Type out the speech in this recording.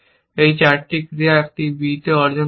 এই চারটি ক্রিয়া একটি b তে অর্জন করবে